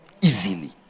easily